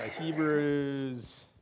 Hebrews